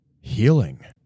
healing